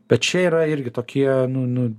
bet čia yra irgi tokie nu nu